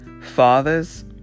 father's